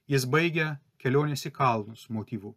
jis baigia kelionės į kalnus motyvu